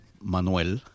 Manuel